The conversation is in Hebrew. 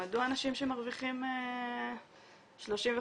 מדוע האנשים שמרוויחים 35,000,